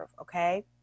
okay